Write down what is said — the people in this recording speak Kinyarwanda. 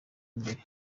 imbere